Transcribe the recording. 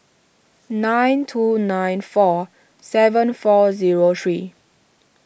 nine two nine four seven four zero three